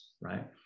right